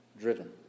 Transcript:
driven